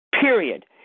Period